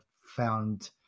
found